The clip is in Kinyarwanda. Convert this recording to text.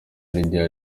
lydia